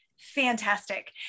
fantastic